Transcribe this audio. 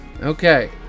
Okay